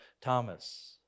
thomas